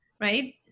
right